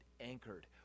anchored